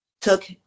took